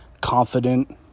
confident